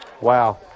Wow